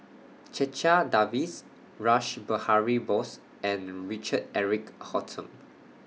Checha Davies Rash Behari Bose and Richard Eric Holttum